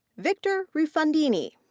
victor refundini.